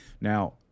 Now